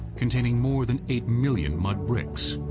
containing more than eight million mud bricks.